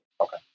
Okay